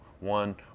one